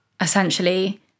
essentially